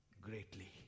greatly